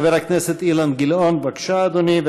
חבר הכנסת אילן גילאון, בבקשה, אדוני.